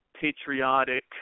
patriotic